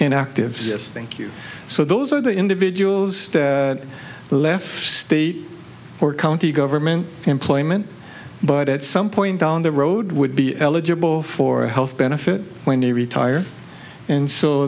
and activist think you so those are the individuals left state or county government employment but at some point down the road would be eligible for health benefit when they retire and so